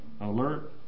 alert